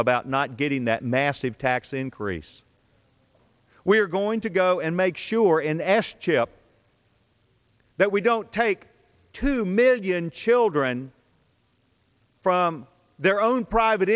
about not getting that massive tax increase we're going to go and make sure in ash chip that we don't take two million children from their own private